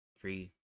three